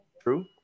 True